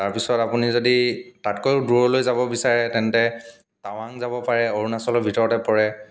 তাৰপিছত আপুনি যদি তাতকৈও দূৰলৈ যাব বিচাৰে তেন্তে টাৱাং যাব পাৰে অৰুণাচলৰ ভিতৰতে পৰে